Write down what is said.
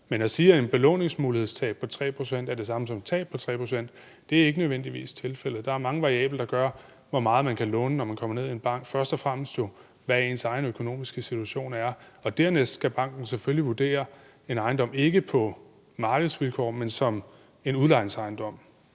Men at sige, at et belåningsmulighedstab på 3 pct. er det samme som et tab på 3 pct., er ikke nødvendigvis rigtigt. Der er mange variable, der har indflydelse på, hvor meget man kan låne, når man kommer ned i banken, først og fremmest jo hvordan ens egen økonomiske situation er. Og dernæst skal banken selvfølgelig vurdere en ejendom, ikke på markedsvilkår, men som en udlejningsejendom.